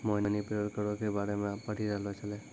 मोहिनी payroll करो के बारे मे पढ़ि रहलो छलै